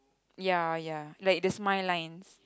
ya ya like the smile lines